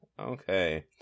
Okay